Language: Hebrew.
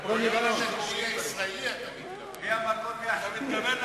נפוליאון המקורי הישראלי, אתה מתכוון.